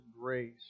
grace